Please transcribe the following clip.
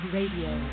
Radio